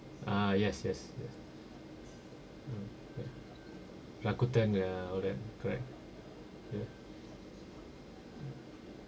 ah yes yes Rakuten ya all that correct yeah